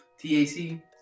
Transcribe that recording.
T-A-C